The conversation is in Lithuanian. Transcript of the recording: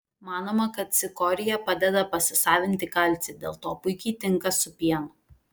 manoma kad cikorija padeda pasisavinti kalcį dėl to puikiai tinka su pienu